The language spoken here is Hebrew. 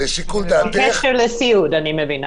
בקשר לסיעוד, אני מבינה.